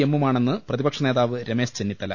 എമ്മുമാണെന്ന് പ്രതിപക്ഷനേതാവ് രമേശ് ചെന്നിത്തല